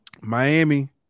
Miami